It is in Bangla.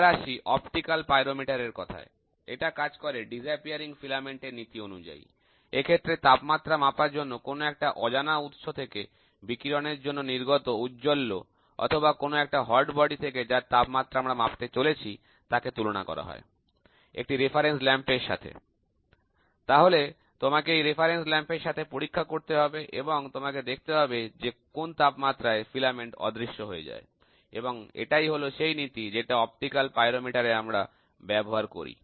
এবার আসি অপটিক্যাল পাইরোমিটার এর কথায় এটা কাজ করে অদৃশ্যমান ফিলামেন্ট এর নীতি অনুযায়ী এক্ষেত্রে তাপমাত্রা মাপার জন্য কোন একটা অজানা উৎস থেকে বিকিরণ এর জন্য নির্গত ঔজ্জ্বল্য অথবা কোন একটা হট বডি যার তাপমাত্রা আমরা মাপতে চলেছি তাকে তুলনা করা হয় একটি প্রসঙ্গ বাতি এর সাথে তাহলে তোমাকে এই প্রসঙ্গ বাতি এর সাথে পরীক্ষা করতে হবে এবং তোমাকে দেখতে হবে যে কোন তাপমাত্রায় ফিলামেন্ট আর দেখতে পাওয়া যায় না এবং এটাই হল সেই নীতি যেটা অপটিক্যাল পাইরোমিটার এ আমরা ব্যবহার করি